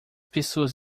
pessoas